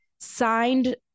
signed